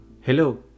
Hello